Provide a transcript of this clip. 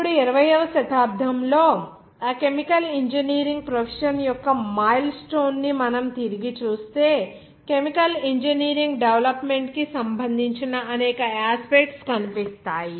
ఇప్పుడు 20 వ శతాబ్దంలో ఆ కెమికల్ ఇంజనీరింగ్ ప్రొఫెషన్ యొక్క మైల్ స్టోన్ ని మనం తిరిగి చూస్తే కెమికల్ ఇంజనీరింగ్ డెవలప్మెంట్ కి సంబంధించిన అనేక యాస్పెక్ట్స్ కనిపిస్తాయి